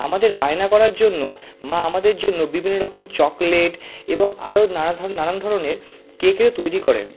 আমাদের বায়না করার জন্য মা আমাদের জন্য বিবিন্ন রকম চকলেট এবং আরও নানা ধরন নানান ধরনের কেকেরও তৈরি করেন